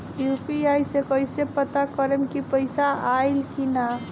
UPI से कईसे पता करेम की पैसा आइल की ना?